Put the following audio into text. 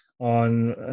on